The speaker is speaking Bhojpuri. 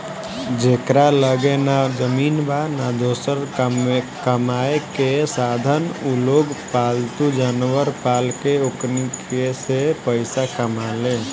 जेकरा लगे ना जमीन बा, ना दोसर कामायेके साधन उलोग पालतू जानवर पाल के ओकनी से पईसा कमाले